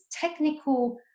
technical